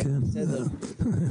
אבל בסדר.